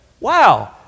wow